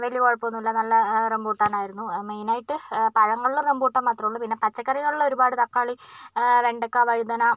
വലിയ കുഴപ്പമൊന്നുമില്ല നല്ല റംബൂട്ടാന് ആയിരുന്നു മെയിനായിട്ടു പഴങ്ങളില് റംബൂട്ടാന് മാത്രമെ ഉള്ളൂ പിന്നെ പച്ചക്കറികളില് ഒരുപാടു തക്കാളി വെണ്ടയ്ക്ക വഴുതന